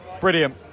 brilliant